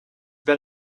been